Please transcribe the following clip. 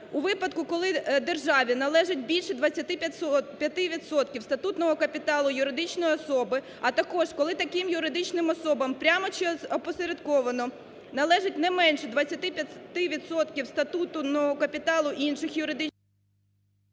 "У випадку, коли державі належить більше 25 відсотків статутного капіталу юридичної особи, а також коли таким юридичним особам прямо чи опосередковано належить не менше 25 відсотків статутного капіталу інших юридичних…"